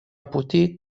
пути